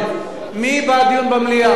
רבותי, מי בעד דיון במליאה?